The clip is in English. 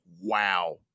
wow